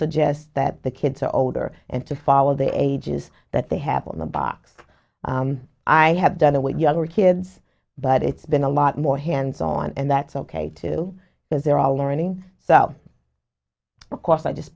suggest that the kids are older and to follow the ages that they have in the box i have done it with younger kids but it's been a lot more hands on and that's ok too because they're all learning so of course i just